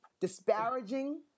disparaging